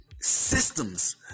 systems